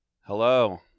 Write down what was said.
hello